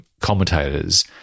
commentators